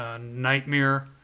nightmare